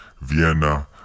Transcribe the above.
Vienna